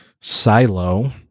silo